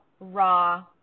raw